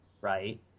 right